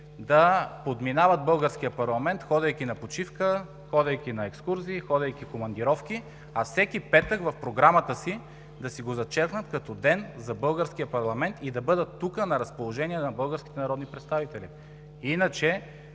да подминават българския парламент, ходейки на почивка, ходейки на екскурзии, ходейки в командировки, а в програмата си всеки петък да си го зачеркнат като ден за българския парламент, и да бъдат тук на разположение на българските народни представители. Иначе,